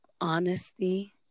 honesty